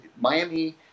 Miami